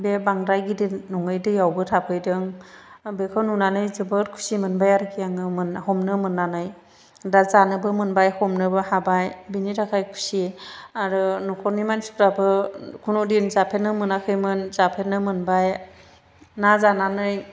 बे बांद्राय गिदिर नङै दैयावबो थाफैदों बेखौ नुनानै जोबोद खुसि मोनबाय आरोखि आङो हमनो मोननानै दा जानोबो मोनबाय हमनोबो हाबाय बिनि थाखाय खुसि आरो न'खरनि मानसिफ्राबो खुनुदिन जाफेरनो मोनाखैमोन जाफेरनो मोनबाय ना जानानै